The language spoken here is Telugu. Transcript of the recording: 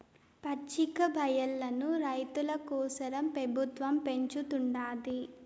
పచ్చికబయల్లను రైతుల కోసరం పెబుత్వం పెంచుతుండాది